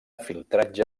filtratge